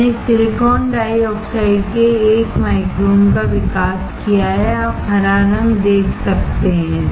मैंने silicon dioxide के 1 micron का विकास किया है आप हरा रंग देख सकते हैं